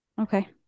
Okay